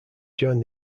joined